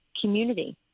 community